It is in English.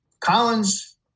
Collins